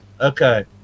Okay